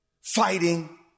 fighting